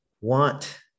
want